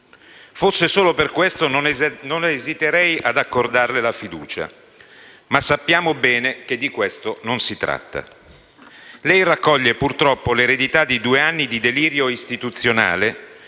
Fosse solo per questo, non esiterei ad accordarle la fiducia. Ma sappiamo bene che di questo non si tratta. Lei raccoglie, purtroppo, l'eredità di due anni di delirio istituzionale,